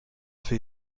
für